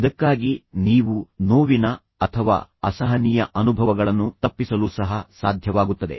ಇದಕ್ಕಾಗಿ ನೀವು ನೋವಿನ ಅಥವಾ ಅಸಹನೀಯ ಅನುಭವಗಳನ್ನು ತಪ್ಪಿಸಲು ಸಹ ಸಾಧ್ಯವಾಗುತ್ತದೆ